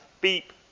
beep